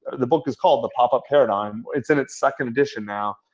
the book is called, the pop up paradigm. it's in its second edition now.